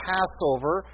Passover